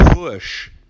push